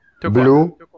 Blue